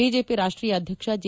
BJP ರಾಷ್ಷೀಯ ಅಧ್ಯಕ್ಷ J